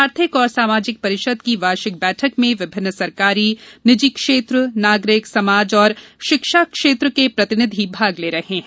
आर्थिक और सामाजिक परिषद की वार्षिक बैठक में विभिन्न सरकारी निजी क्षेत्र नागरिक समाज और शिक्षा क्षेत्र के प्रतिनिधि भाग ले रहे हैं